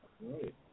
right